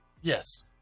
Yes